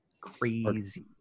Crazy